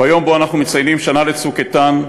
ביום שבו אנחנו מציינים שנה ל"צוק איתן",